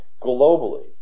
globally